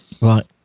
right